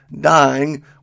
dying